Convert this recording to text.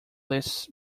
lists